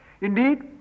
Indeed